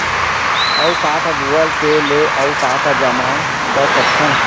अऊ का का गूगल पे ले अऊ का का जामा कर सकथन?